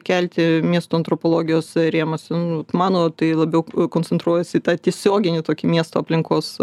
kelti miesto antropologijos rėmuos mano tai labiau koncentruojasi į tą tiesioginį tokį miesto aplinkos